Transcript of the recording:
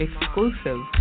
exclusive